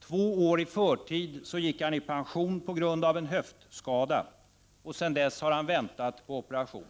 Två år i förtid gick han i pension på grund av en höftskada. Sedan dess har han väntat på en operation.